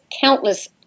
countless